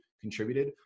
contributed